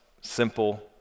simple